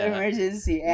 Emergency